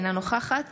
אינה נוכחת